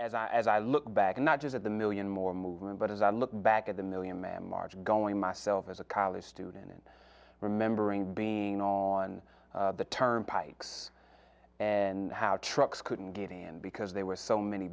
as i look back not just at the million more movement but as i look back at the million man march and going myself as a college student and remembering being on the turnpike and how trucks couldn't get in because they were so many